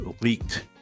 leaked